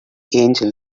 angel